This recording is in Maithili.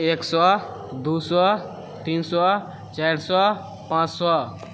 एक सए दू सए तीन सए चारि सए पाँच सए